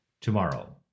tomorrow